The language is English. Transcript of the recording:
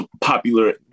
popular